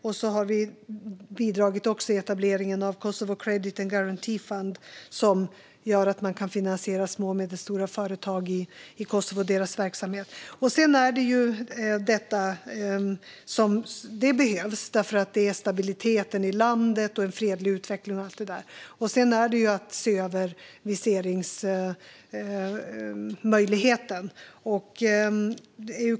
Vi har också bidragit i etableringen av Kosovo Credit Guarantee Fund, som gör att man kan finansiera små och medelstora företag i Kosovo och deras verksamhet. Detta behövs för stabiliteten i landet, en fredlig utveckling och allt det där. Sedan handlar det om att se över viseringsmöjligheten.